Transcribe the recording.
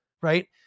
right